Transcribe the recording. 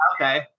Okay